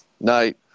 Night